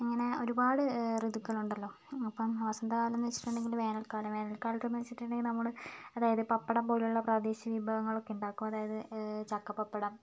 അങ്ങനെ ഒരുപാട് ഋതുക്കൾ ഉണ്ടല്ലോ അപ്പം വസന്ത കാലം എന്ന് വെച്ചിട്ടുണ്ടെങ്കിൽ വേനൽക്കാലം വേനൽക്കാലത്ത് വെച്ചിട്ടുണ്ടെങ്കിൽ നമ്മള് അതായത് പപ്പടം പോലുള്ള പ്രാദേശിക വിഭവങ്ങൾ ഒക്കെ ഉണ്ടാക്കും അതായത് ചക്ക പപ്പടം